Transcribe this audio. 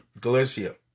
Galicia